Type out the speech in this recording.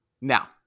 Now